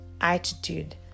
attitude